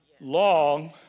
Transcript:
long